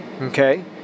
Okay